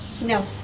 No